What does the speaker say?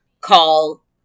call